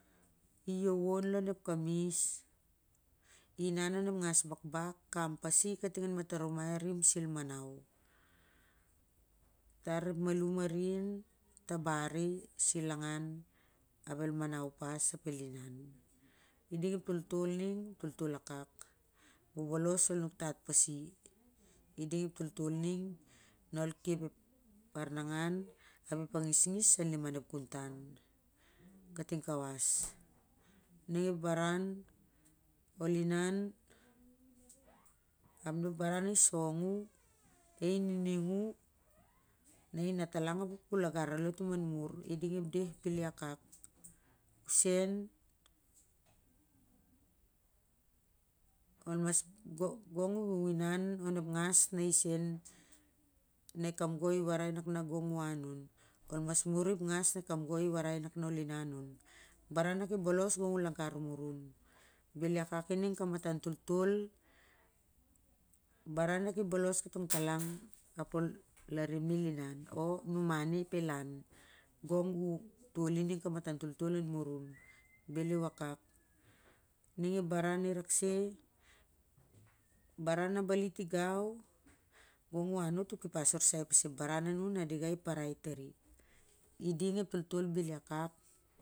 I iowon lou ep kamis i inan onep ngas bakbak kam pasi kating an mata rumai a rua sel manau tar ep malum arin tabar i sur e an gan ap el manau pas ap el inan. I ding ep to tol ning ep toltol akak bohols ol nuktat pasi i ding ep toltol ning na ol kep ep arnangan ap ep angisngis am liman ep kuutan kating kawas, ning ep baran ol inan ap na ep baranvi song u nai nining u na i a natalang ap u ku lagra alota an mur i ding ep deh bel i akak useu gong u inan onep ngas na i sen ep kamgoi i warai nak na gong u inan on mun i ep ngas na ep kamgoi i warai nak na ol inan on baran na ki bolos gong u lagar murung bel i akak ining kamatan toltol baran na ki bolos katongtalang ol larim i el inan o numau i ap el an gong u toi i ning kamatan toltol an murun beli wakak ning ep baran i rak se baran na bali tigou gong u anot i kepas orsai pas ep baran a nuni na ding i para i tari i ding ep toltol bel i akak.